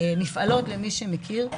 מפעלות למי שמכיר,